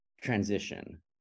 transition